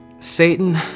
Satan